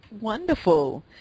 Wonderful